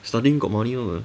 studying got money [one] [what]